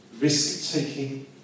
risk-taking